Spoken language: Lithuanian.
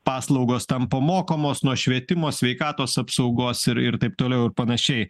paslaugos tampa mokamos nuo švietimo sveikatos apsaugos ir ir taip toliau ir panašiai